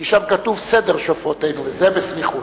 כי שם כתוב "סדר שופרותינו", וזה בסמיכות.